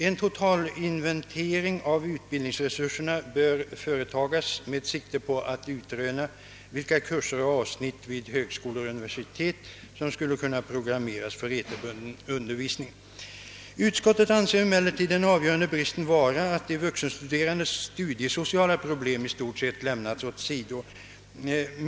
En totalinventering av utbildningsresurserna bör företagas med sikte på att utröna vilka kurser och avsnitt vid högskolor och universitet som skulle kunna programmeras för eterbunden undervisning. Utskottet anser emellertid den avgörande bristen vara att de vuxenstuderandes studiesociala problem i stort lämnats åt sidan.